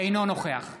אינה נוכחת